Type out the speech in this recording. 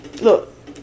Look